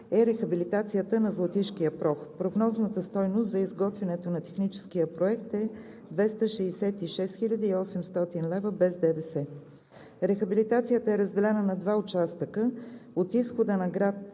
е рехабилитацията на Златишкия проход. Прогнозната стойност за изготвянето на техническия проект е 266 800 лв. без ДДС. Рехабилитацията е разделена на два участъка: – от изхода на град